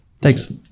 Thanks